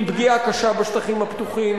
עם פגיעה קשה בשטחים הפתוחים,